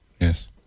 yes